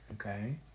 Okay